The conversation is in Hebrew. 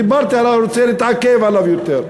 דיברתי עליו אבל אני רוצה להתעכב עליו יותר,